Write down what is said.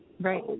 Right